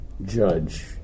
Judge